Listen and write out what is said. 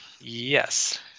Yes